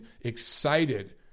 excited